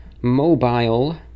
mobile